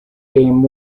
game